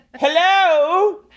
Hello